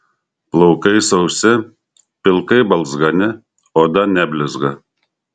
plaukai sausi pilkai balzgani oda neblizga